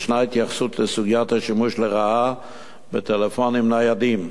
ישנה התייחסות לסוגיית השימוש לרעה בטלפונים ניידים.